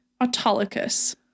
autolycus